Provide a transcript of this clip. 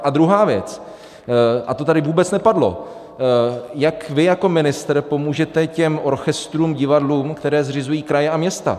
A druhá věc, a to tady vůbec nepadlo, jak vy jako ministr pomůžete těm orchestrům, divadlům, které zřizují kraje a města.